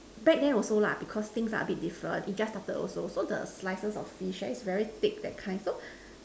back then also lah because things are a bit different it just started also so the slices of fish right is very thick that kind so